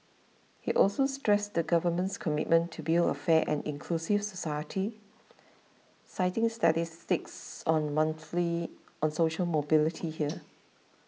he also stressed the government's commitment to build a fair and inclusive society citing statistics on monthly on social mobility here